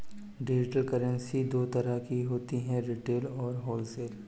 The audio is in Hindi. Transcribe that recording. डिजिटल करेंसी दो तरह की होती है रिटेल और होलसेल